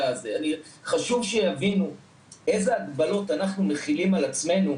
חשוב שיבינו איזה הגבלות אנחנו מכילים על עצמנו,